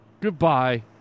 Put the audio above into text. Goodbye